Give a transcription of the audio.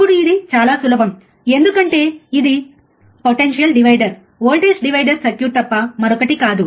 ఇప్పుడు ఇది చాలా సులభం ఎందుకంటే ఇది potential divider voltage divider circuit తప్ప మరొకటి కాదు